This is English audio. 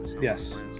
Yes